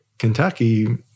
Kentucky